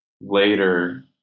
later